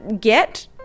get